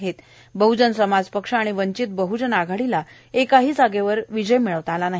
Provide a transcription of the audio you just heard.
तर बहजन समाज पक्ष आणि वंचित बहजन आघाडीला एकही जागेवर विजय मिळवता आला नाही